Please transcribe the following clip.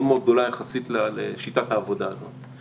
מאוד גדולה יחסית לשיטת העבודה הזאת.